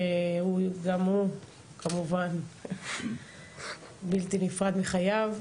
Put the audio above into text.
שגם הוא כמובן בלתי נפרד מחייו,